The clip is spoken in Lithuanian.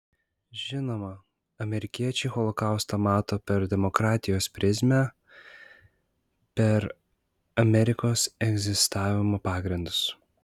žinoma amerikiečiai holokaustą mato per demokratijos prizmę per amerikos egzistavimo pagrindus